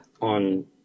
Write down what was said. on